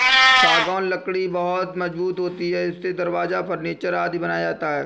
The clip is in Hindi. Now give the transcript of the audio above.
सागौन लकड़ी बहुत मजबूत होती है इससे दरवाजा, फर्नीचर आदि बनाया जाता है